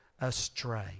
astray